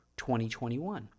2021